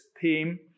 theme